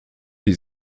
die